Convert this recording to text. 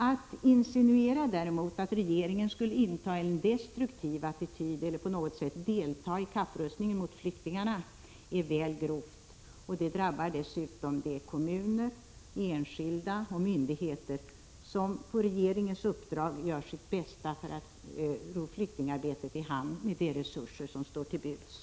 Att insinuera att regeringen skulle inta en destruktiv attityd eller på något sätt delta i kapprustningen mot flyktingarna är väl grovt, och det drabbar dessutom de kommuner, enskilda och myndigheter som på regeringens uppdrag gör sitt bästa för att ro flyktingarbetet i hamn med de resurser som står till buds.